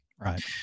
Right